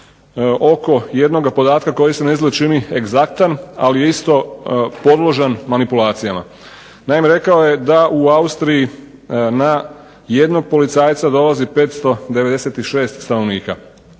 oko jednoga podatka koji se naizgled čini egzaktan, ali je isto podložan manipulacijama. Naime, rekao je da u Austriji na jednog policajca dolazi 596 stanovnika.